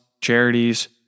charities